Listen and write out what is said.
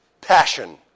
passion